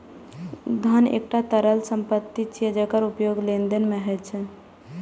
धन एकटा तरल संपत्ति छियै, जेकर उपयोग लेनदेन मे होइ छै